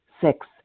Six